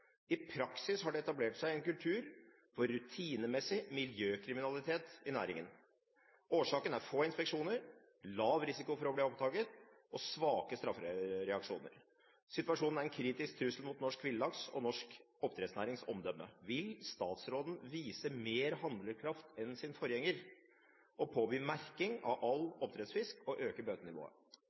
I praksis har det etablert seg en kultur for rutinemessig miljøkriminalitet i næringa. Årsaken er få inspeksjoner, lav risiko for å bli oppdaget og svake straffereaksjoner. Situasjonen er en kritisk trussel både mot norsk villaks og næringens omdømme. Vil statsråden vise mer handlekraft enn sin forgjenger, og påby merking av all oppdrettsfisk og øke bøtenivået?»